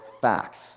facts